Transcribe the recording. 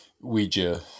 Ouija